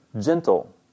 gentle